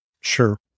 Sure